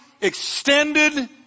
extended